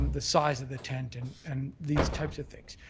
um the size of the tent and and these types of things,